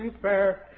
fair.